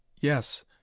Yes